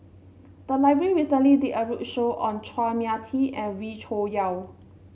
the library recently did a roadshow on Chua Mia Tee and Wee Cho Yaw